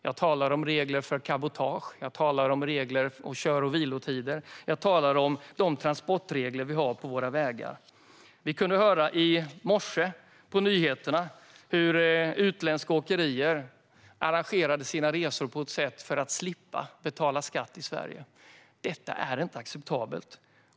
Jag talar om regler för cabotage och kör och vilotider och om de transportregler som vi har för vägtrafiken. På nyheterna i morse kunde vi höra att utländska åkerier arrangerar sina resor på ett sätt som gör att de ska slippa betala skatt i Sverige. Detta är inte acceptabelt.